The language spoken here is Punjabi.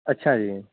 ਅੱਛਾ ਜੀ